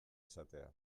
izatea